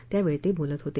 त्यावेळी ते बोलत होते